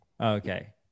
Okay